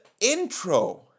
intro